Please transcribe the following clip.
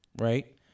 right